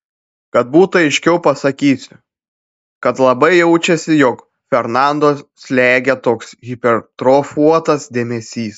kad būtų aiškiau pasakysiu kad labai jaučiasi jog fernando slegia toks hipertrofuotas dėmesys